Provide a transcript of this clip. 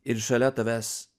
ir šalia tavęs